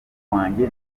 wanjye